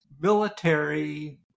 military